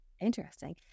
Interesting